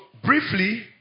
briefly